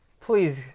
Please